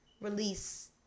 release